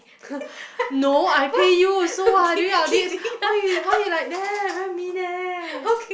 no I pay you also [what] during our dates why you why you like that very mean eh